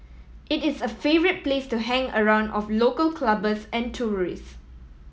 it is a favourite place to hang around of local clubbers and tourist